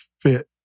fit